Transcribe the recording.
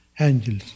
angels